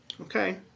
Okay